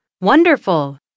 Wonderful